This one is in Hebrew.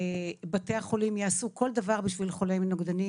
ובתי החולים יעשו כל דבר בשביל חולה עם נוגדנים.